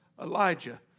Elijah